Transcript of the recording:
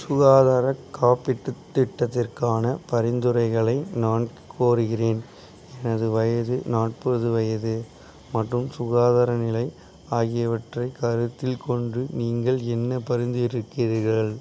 சுகாதாரக் காப்பீட்டுத் திட்டத்திற்கான பரிந்துரைகளை நான் கோருகிறேன் எனது வயது நாற்பது வயது மற்றும் சுகாதார நிலை ஆகியவற்றைக் கருத்தில் கொண்டு நீங்கள் என்ன பரிந்துரைக்கிறீர்கள்